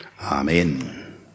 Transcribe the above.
Amen